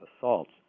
assaults